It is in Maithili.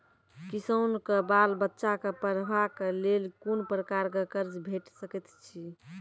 किसानक बाल बच्चाक पढ़वाक लेल कून प्रकारक कर्ज भेट सकैत अछि?